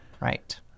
Right